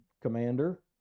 commander